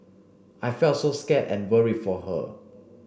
I felt so scared and worry for her